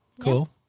cool